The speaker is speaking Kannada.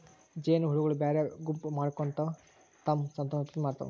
ಜೇನಹುಳಗೊಳ್ ಬ್ಯಾರೆ ಗುಂಪ್ ಮಾಡ್ಕೊಂಡ್ ತಮ್ಮ್ ಸಂತಾನೋತ್ಪತ್ತಿ ಮಾಡ್ತಾವ್